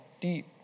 deep